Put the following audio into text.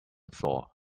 floor